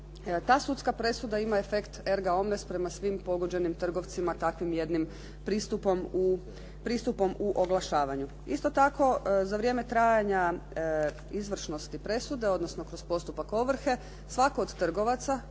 Ta sudska presuda ima efekt erga omnes prema svim pogođenim trgovcima takvim jednim pristupom u oglašavanju. Isto tako, za vrijeme trajanja izvršnosti presude, odnosno kroz postupak ovrhe svatko od trgovaca